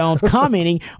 commenting